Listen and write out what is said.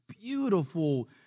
beautiful